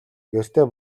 гэртээ